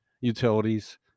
utilities